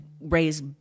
raise